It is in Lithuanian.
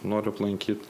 noriu aplankyt